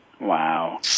wow